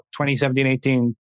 2017-18